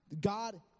God